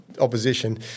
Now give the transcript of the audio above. opposition